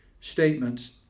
statements